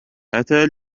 أتى